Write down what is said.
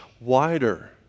wider